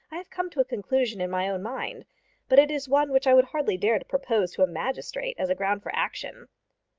i have come to a conclusion in my own mind but it is one which i would hardly dare to propose to a magistrate as a ground for action.